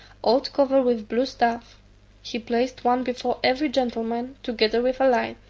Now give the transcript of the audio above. all covered with blue stuff he placed one before every gentleman, together with a light.